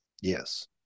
Yes